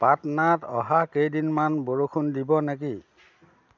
পাটনাত অহা কেইদিনমান বৰষুণ দিব নেকি